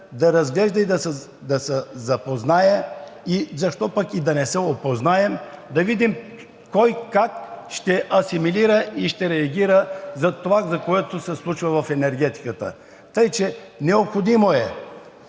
да разглежда и да запознае, пък защо да не се опознаем, да видим кой как ще асимилира и ще реагира на това, което се случва в енергетиката. Така че е необходимо.